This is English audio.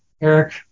Eric